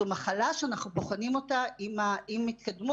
זו מחלה שאנחנו בוחנים אותה עם התקדמות.